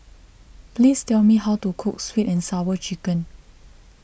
please tell me how to cook Sweet and Sour Chicken